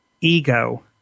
ego